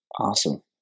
Awesome